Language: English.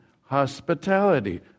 hospitality